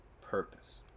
purpose